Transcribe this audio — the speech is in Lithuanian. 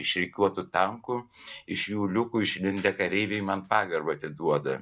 išrikiuotų tankų iš jų liukų išlindę kareiviai man pagarbą atiduoda